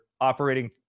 operating